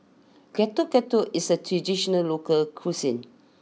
Getuk Getuk is a traditional local cuisine